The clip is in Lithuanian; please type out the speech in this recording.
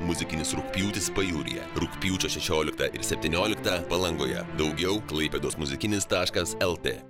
muzikinis rugpjūtis pajūryje rugpjūčio šešioliktą ir septynioliktą palangoje daugiau klaipėdos muzikinis taškas lt